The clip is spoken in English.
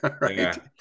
right